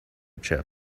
chip